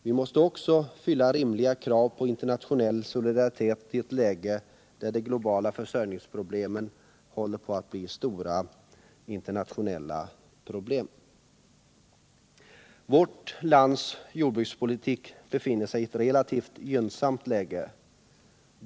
Vi måste också fylla rimliga krav på internationell solidaritet i ett läge där de globala försörjningsproblemen blir allt större. Vårt lands jordbruk befinner sig i ett relativt gynnsamt läge.